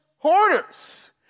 Hoarders